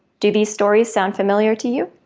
do these stories sound familiar to you?